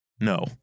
No